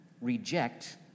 reject